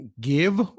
give